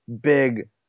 big